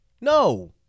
no